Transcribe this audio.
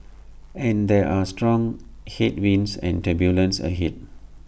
and there are strong headwinds and turbulence ahead